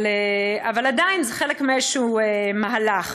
אבל עדיין, זה חלק מאיזשהו מהלך.